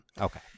Okay